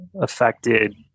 affected